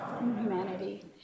humanity